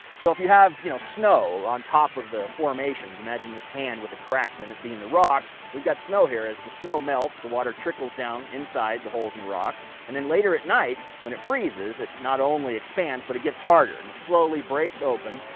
so if you have you know snow on top of the formations you imagine this hand with the cracks and it being the rock we've got snow here. as the snow melts the water trickles down inside the holes in the rock and then later at night, when it freezes, it not only expands, but it gets harder and it slowly breaks open.